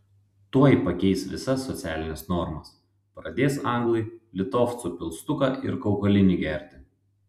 tuoj pakeis visas socialines normas pradės anglai litovcų pilstuką ir kaukolinį gerti